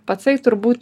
pacai turbūt